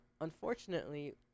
unfortunately